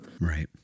Right